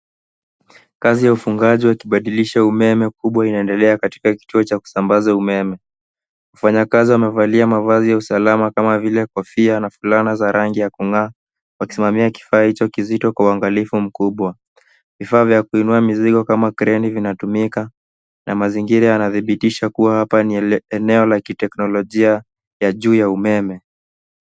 Kazi ya ufungaji wakibadilisha umeme unaendelea katika kituo cha kusambazia umeme. Wafanyakazi wamevalia mavazi ya usalama kama vile kofia na fulana za rangi ya kung'aa wakisimamia kifaa hicho kizoto kwa uangalifu mkubwa. Vifaa nya kuinua mizigo kama kreni vinatumika na mazingira yanadhibitisha kuwa hapa ni eneo la kiteknolojia ya juu ya umeme.